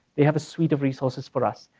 they have a suite of resources for us.